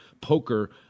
poker